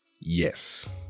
Yes